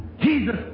Jesus